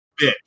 bitch